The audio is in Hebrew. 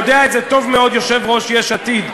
ויודע את זה טוב מאוד יושב-ראש יש עתיד,